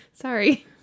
Sorry